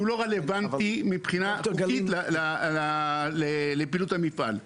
לא רלוונטי מבחינה חוקית לפעילות המפעל.